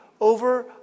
over